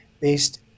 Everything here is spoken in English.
based